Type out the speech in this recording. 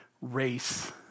race